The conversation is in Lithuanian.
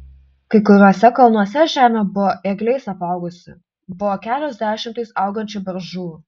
kai kuriuose kalnuose žemė buvo ėgliais apaugusi buvo kelios dešimtys augančių beržų